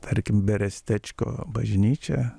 tarkim berestečko bažnyčia